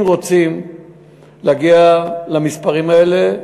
אם רוצים להגיע למספרים האלה,